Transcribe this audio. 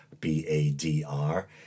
B-A-D-R